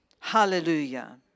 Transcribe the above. Hallelujah